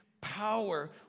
power